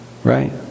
right